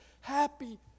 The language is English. Happy